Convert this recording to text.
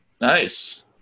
Nice